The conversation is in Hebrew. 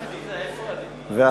דקות.